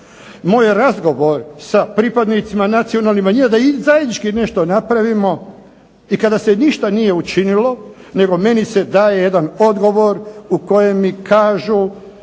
moj razgovor sa pripadnicima nacionalnih manjina da i zajednički nešto napravimo, i kada se ništa nije učinilo, nego meni se daje jedan odgovor u kojem mi kažu